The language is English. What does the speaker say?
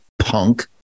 punk